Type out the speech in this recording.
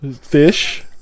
fish